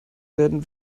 werden